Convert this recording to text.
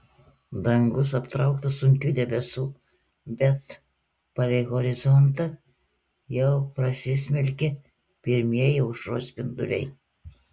dangus aptrauktas sunkių debesų bet palei horizontą jau prasismelkė pirmieji aušros spinduliai